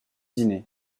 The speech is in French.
dîné